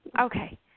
Okay